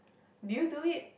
did you do it